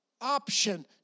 option